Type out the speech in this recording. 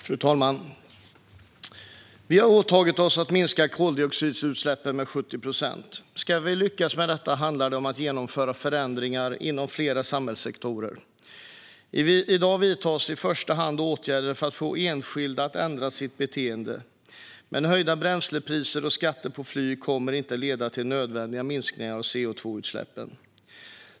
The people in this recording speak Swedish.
Fru talman! Vi har åtagit oss att minska koldioxidutsläppen med 70 procent. Om vi ska lyckas med detta handlar det om att genomföra förändringar inom flera samhällssektorer. I dag vidtas i första hand åtgärder för att få enskilda att ändra sitt beteende, men höjda bränslepriser och skatter på flyg kommer inte att leda till nödvändiga minskningar av CO2-utsläppen.